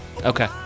Okay